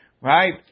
Right